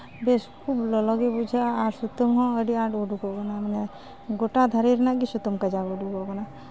ᱵᱮᱥ ᱠᱷᱩᱵ ᱞᱚᱞᱚᱜᱮ ᱵᱩᱡᱷᱟᱹᱜᱼᱟ ᱟᱨ ᱥᱩᱛᱟᱹᱢ ᱦᱚᱸ ᱟᱹᱰᱤ ᱟᱸᱴ ᱩᱰᱩᱠᱚᱜ ᱠᱟᱱᱟ ᱢᱟᱱᱮ ᱜᱳᱴᱟ ᱫᱷᱟᱨᱮ ᱨᱮᱱᱟᱜ ᱜᱮ ᱥᱩᱛᱟᱹᱢ ᱠᱟᱡᱟᱠ ᱩᱰᱩᱠᱚᱜ ᱠᱟᱱᱟ